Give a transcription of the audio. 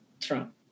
Trump